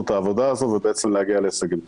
את העבודה הזו ולהגיע להישגים טובים.